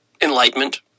enlightenment